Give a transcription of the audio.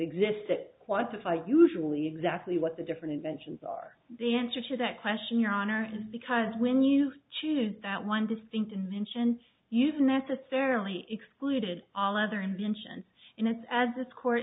i usually exactly what the different inventions are the answer to that question your honor because when you choose that one distinct invention you've necessarily excluded all other inventions and it's as this court